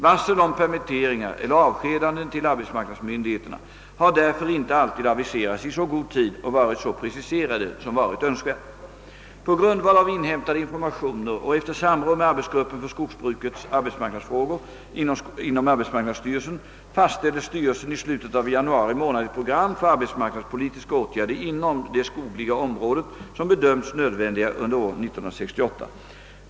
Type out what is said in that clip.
Varsel om permitteringar eller avskedanden till arbetsmarknadsmyndigheterna har därför inte alltid aviserats i så god tid och varit så preciserade som varit önskvärt. På grundval av inhämtade informationer och efter samråd med arbetsgruppen för skogsbrukets arbetsmarknadsfrågor inom arbetsmarknadsstyrelsen fastställde styrelsen i slutet av januari månad ett program för arbetsmarknadspolitiska åtgärder inom det skogliga området som bedömts nödvändiga under år 1968.